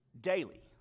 daily